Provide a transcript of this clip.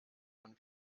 von